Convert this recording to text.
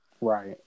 right